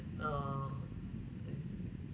oh I see